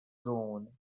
drone